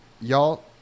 y'all